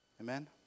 Amen